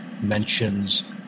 mentions